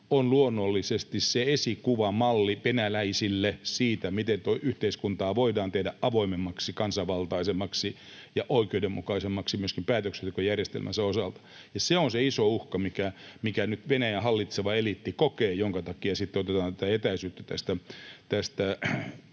on luonnollisesti se esikuva, malli, venäläisille siitä, miten yhteiskuntaa voidaan tehdä avoimemmaksi, kansanvaltaisemmaksi ja oikeudenmukaisemmaksi myöskin päätöksentekojärjestelmänsä osalta. Se on se iso uhka, minkä nyt Venäjän hallitseva eliitti kokee, minkä takia sitten otetaan tätä etäisyyttä tästä